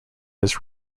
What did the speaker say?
his